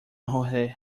jose